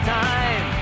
time